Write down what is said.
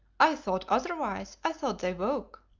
i thought otherwise. i thought they woke.